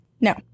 No